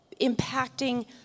impacting